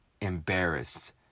embarrassed